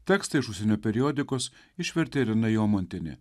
tekstą iš užsienio periodikos išvertė irena jomantienė